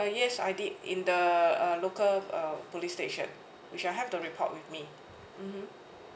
uh yes I did in the uh local uh police station which I have the report with me mmhmm